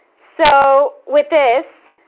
so, with this,